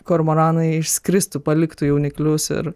kormoranai išskristų paliktų jauniklius ir